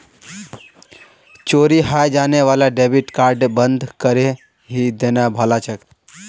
चोरी हाएं जाने वाला डेबिट कार्डक बंद करिहें देना भला छोक